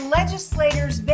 legislators